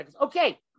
Okay